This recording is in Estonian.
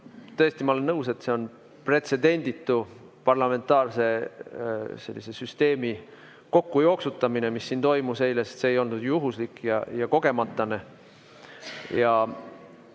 tõesti, ma olen nõus, et see on pretsedenditu parlamentaarse süsteemi kokkujooksutamine, mis siin eile toimus. See ei olnud juhuslik ja kogemata.